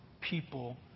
people